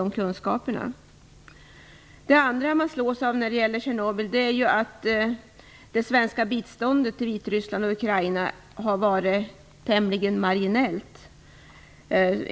Det andra som man slås av när det gäller Tjernobyl är att det svenska biståndet till Vitryssland och Ukraina har varit tämligen marginellt.